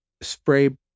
spray